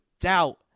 doubt